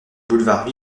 boulevard